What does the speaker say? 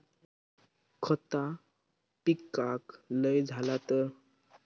खता पिकाक लय झाला तर?